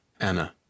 Anna